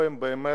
פה הם מצליחים,